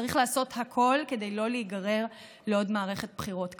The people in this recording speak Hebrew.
צריך לעשות הכול כדי לא להיגרר לעוד מערכת בחירות כזאת.